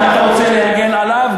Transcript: אם אתה רוצה להגן עליו,